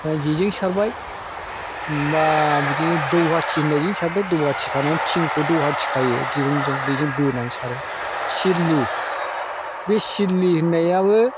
बा जेजों सारबाय बा बिदिनो दौहाति होननायजों सारबाय दौहाति खानानै थिंखौ दौहाति खायो दिरुंजों बेजों बोनानै सारो सिरलि बे सिरलि होननायाबो